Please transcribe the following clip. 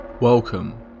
Welcome